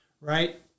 right